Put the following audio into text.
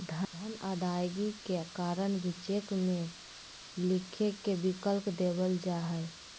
धन अदायगी के कारण भी चेक में लिखे के विकल्प देवल जा हइ